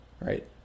right